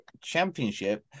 Championship